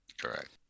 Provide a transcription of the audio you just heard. Correct